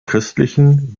christlichen